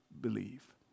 Believe